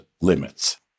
limits